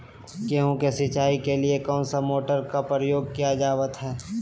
गेहूं के सिंचाई के लिए कौन सा मोटर का प्रयोग किया जावत है?